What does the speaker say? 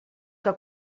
que